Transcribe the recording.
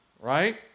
right